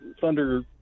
Thunder